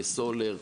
סולר,